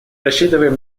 рассчитываем